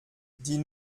die